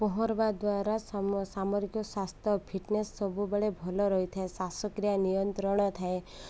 ପହଁରିବା ଦ୍ୱାରା ସମ ସାମରିକ ସ୍ୱାସ୍ଥ୍ୟ ଫିଟନେସ୍ ସବୁବେଳେ ଭଲ ରହିଥାଏ ଶ୍ଵାସକ୍ରିୟା ନିୟନ୍ତ୍ରଣ ଥାଏ